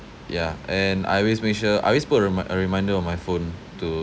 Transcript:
yeah and I always make sure I always put a remi~ a reminder on my phone to